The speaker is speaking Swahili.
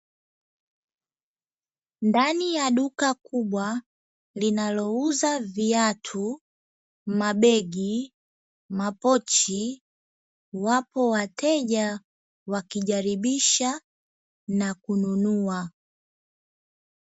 Ndani ya duka kubwa linalouza viatu, mabegi, mapochi; wapo wateja wakijaribisha na kununua.